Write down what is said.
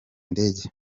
ndege